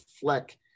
fleck